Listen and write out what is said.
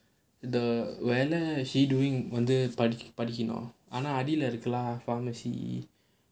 the வேலை:velai she doing வந்து படிக்கணும் ஆனா அடியில இருக்குல்லா:vanthu padikanum aanaa adila irukulla pharmacy